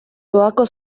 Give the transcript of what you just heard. doako